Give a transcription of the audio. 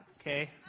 okay